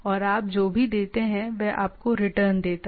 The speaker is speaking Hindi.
और आप जो भी देते हैं वह आपको रिटर्न देता है